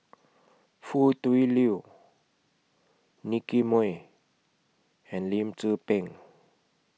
Foo Tui Liew Nicky Moey and Lim Tze Peng